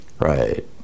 right